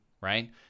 Right